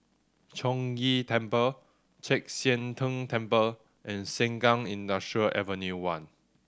Chong Ghee Temple Chek Sian Tng Temple and Sengkang Industrial Avenue One